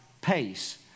pace